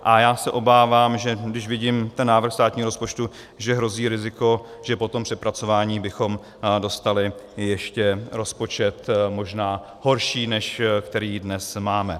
A já se obávám, když vidím návrh státního rozpočtu, že hrozí riziko, že po tom přepracování bychom dostali ještě rozpočet možná horší, než který dnes máme.